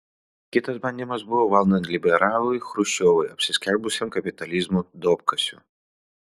kitas bandymas buvo valdant liberalui chruščiovui apsiskelbusiam kapitalizmo duobkasiu